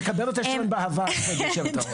אני מקבל את השעון באהבה, כבוד היושבת-ראש.